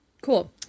Cool